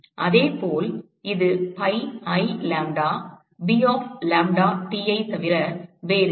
அதே போல் இது pi I lambdab of lambda T ஐ தவிர வேறில்லை